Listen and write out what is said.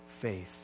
faith